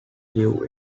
live